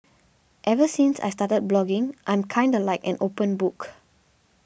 ever since I've started blogging I'm kinda like an open book